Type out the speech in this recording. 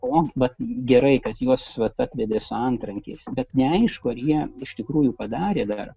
o vat gerai kad juos vat atvedė su antrankiais bet neaišku ar jie iš tikrųjų padarė dar